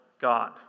God